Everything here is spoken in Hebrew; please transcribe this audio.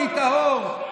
אני טהור,